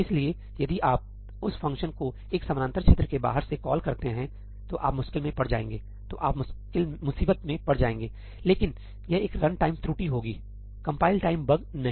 इसलिए यदि आप उस फ़ंक्शन को एक समानांतर क्षेत्र के बाहर से कॉल करते हैं तो आप मुश्किल में पड़ जाएंगेतो आप मुसीबत में पड़ जाएंगे लेकिन यह एक रनटाइम त्रुटि होगी कंपाइल टाइम बग नहीं